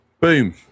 Boom